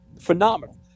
Phenomenal